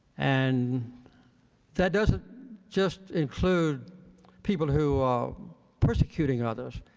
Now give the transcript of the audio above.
and that doesn't just include people who are persecuting others,